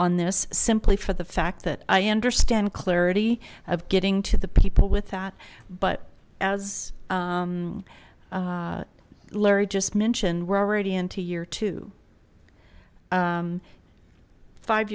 on this simply for the fact that i understand clarity of getting to the people with that but as larry just mentioned we're already into year two five